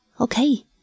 Okay